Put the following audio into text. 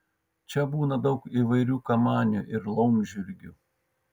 čia būna daug įvairių kamanių ir laumžirgių